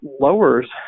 lowers